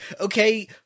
okay